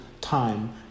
time